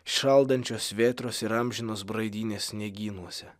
šaldančios vėtros ir amžinos braidynės sniegynuose